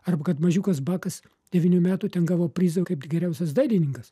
arba kad mažiukas bakas devynių metų ten gavo prizą geriausias dailininkas